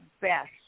best